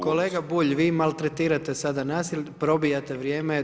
Kolega Bulj vi maltretirate sada nas, probijate vrijeme.